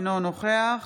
אינו נוכח